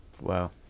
Wow